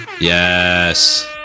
Yes